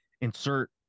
insert